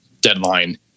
deadline